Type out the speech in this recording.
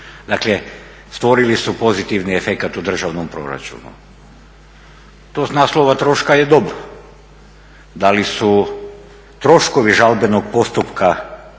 Dakle, stvorili su pozitivni efekat u državnom proračunu. To s naslova troška je dobro. Da li su troškovi žalbenog postupka